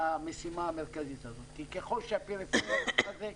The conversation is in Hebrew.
למשימה המרכזית הזאת, כי ככל שהפריפריה תתחזק,